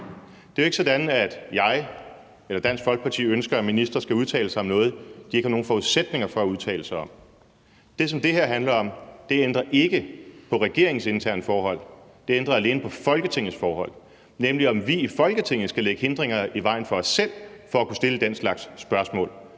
Det er jo ikke sådan, at jeg eller Dansk Folkeparti ønsker, at ministre skal udtale sig om noget, de ikke har nogen forudsætninger for at udtale sig om. Det, som det her handler om, ændrer ikke på regeringens interne forhold; det ændrer alene på Folketingets forhold, nemlig om vi i Folketinget skal lægge hindringer i vejen for os selv for at kunne stille den slags spørgsmål.